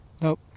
nope